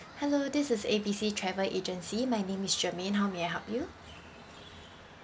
hello this is A B C travel agency my name is charmaine how may I help you